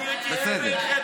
אמרתי לך.